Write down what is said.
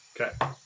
Okay